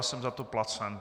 Jsem za to placen.